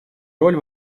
роль